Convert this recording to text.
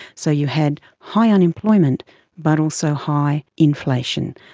so you had high unemployment but also high inflation.